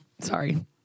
Sorry